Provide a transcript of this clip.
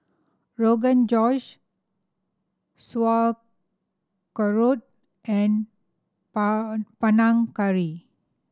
Rogan Josh Sauerkraut and Pang Panang Curry